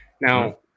Now